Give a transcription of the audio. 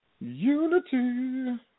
Unity